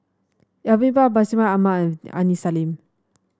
Alvin Pang Bashir Ahmad Mallal Aini Salim